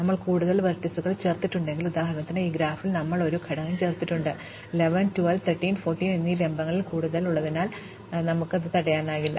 ഞങ്ങൾ കൂടുതൽ വെർട്ടീസുകൾ ചേർത്തിട്ടുണ്ടെങ്കിൽ ഉദാഹരണത്തിന് ഈ ഗ്രാഫിൽ ഞങ്ങൾ ഒരു ഘടകം ചേർത്തിട്ടുണ്ടെങ്കിൽ 11 12 13 14 എന്നീ ലംബങ്ങളിൽ കൂടുതൽ ഘടകങ്ങൾ ഉള്ളതിൽ നിന്ന് ഞങ്ങളെ തടയാൻ ഇത് ഒന്നുമില്ല